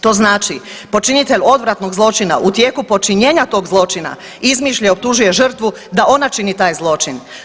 To znači, počinitelj odvratnog zločina u tijeku počinjenja tog zločina izmišlja i optužuje žrtvu da ona čini taj zločin.